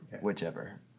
Whichever